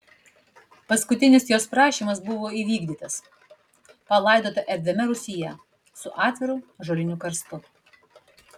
paskutinis jos prašymas buvo įvykdytas palaidota erdviame rūsyje su atviru ąžuoliniu karstu